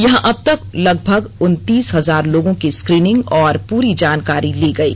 यहां अब तक लगभग उनतीन हजार लोगों की स्कीनिंग और पूरी जानकारी ली गयी